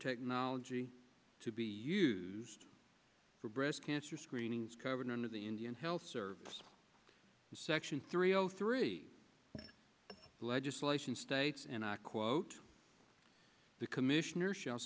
technology to be used for breast cancer screenings covered under the indian health service section three zero three the legislation states and i quote the commissioner shall